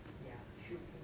ya should be